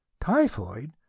Typhoid